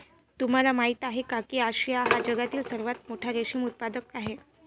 तुम्हाला माहिती आहे का की आशिया हा जगातील सर्वात मोठा रेशीम उत्पादक प्रदेश आहे